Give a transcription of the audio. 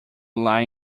lie